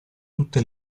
tutte